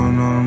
no